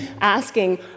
asking